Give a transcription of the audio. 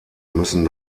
müssen